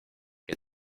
que